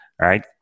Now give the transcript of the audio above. right